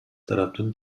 тараптын